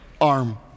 arm